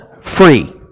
Free